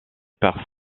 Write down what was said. par